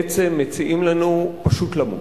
מחבל, מחבל בכנסת.